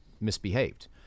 misbehaved